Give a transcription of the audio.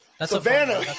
Savannah